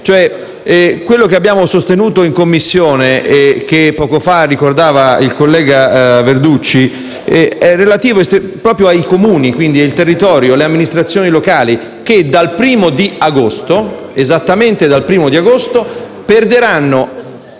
Quello che abbiamo sostenuto in Commissione e che poco fa ricordava il collega Verducci è relativo ai Comuni, quindi al territorio e alle amministrazioni locali che esattamente dal 1° di agosto, perderanno